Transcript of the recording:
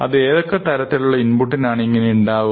അത് ഏതൊക്കെ തരത്തിലുള്ള ഇൻപുട്ടിനാണ് ഇങ്ങനെ ഉണ്ടാവുക